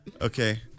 Okay